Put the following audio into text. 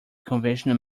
conventional